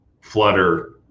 flutter